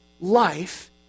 life